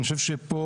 אני חושב שפה,